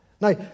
Now